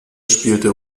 spielte